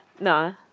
No